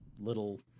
little –